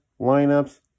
lineups